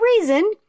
reason